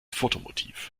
fotomotiv